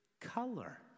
color